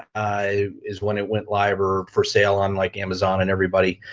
is when it went live or for sale on like amazon and everybody